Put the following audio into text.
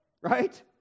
right